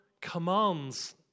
commands